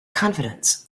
confidence